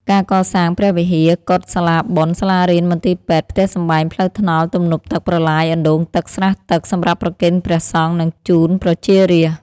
ការកសាង ព្រះវិហារ កុដិ សាលាបុណ្យ សាលារៀន មន្ទីរពេទ្យ ផ្ទះសម្បែង ផ្លូវថ្នល់ ទំនប់ទឹក ប្រឡាយ អណ្ដូងទឹក ស្រះទឹក សម្រាប់ប្រគេនព្រះសង្ឃ និងជូនប្រជារាស្ត្រ។